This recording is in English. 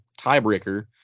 tiebreaker